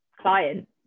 client